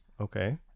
okay